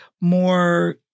more